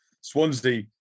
Swansea